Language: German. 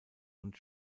und